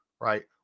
Right